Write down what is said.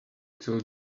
till